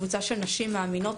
קבוצה של נשים מאמינות,